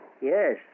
Yes